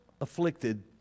afflicted